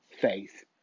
faith